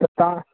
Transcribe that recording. त तव्हां